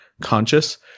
conscious